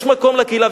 יש מקום לקהילה.